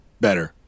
better